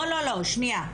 לא, שנייה,